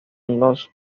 los